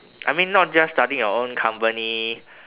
I mean not just starting your own company